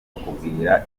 bakakubwira